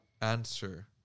answer